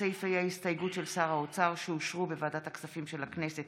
סעיפי ההסתייגות של שר האוצר שאושרו בוועדת הכספים של הכנסת